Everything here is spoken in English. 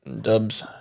dubs